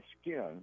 skin